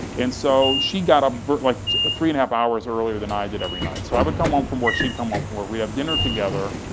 and so she got up like, three and a half hours earlier than i did every night. so i would come home from work, she'd come home from work, we'd have dinner together,